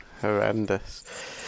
horrendous